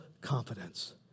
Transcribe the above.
confidence